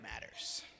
matters